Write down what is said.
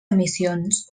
emissions